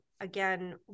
again